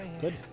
good